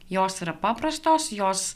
jos yra paprastos jos